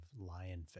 lionfish